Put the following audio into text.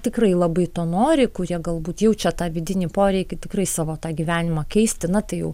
tikrai labai to nori kurie galbūt jaučia tą vidinį poreikį tikrai savo tą gyvenimą keisti na tai jau